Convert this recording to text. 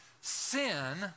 Sin